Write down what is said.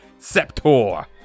Septor